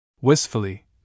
Wistfully